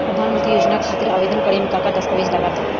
प्रधानमंत्री योजना खातिर आवेदन करे मे का का दस्तावेजऽ लगा ता?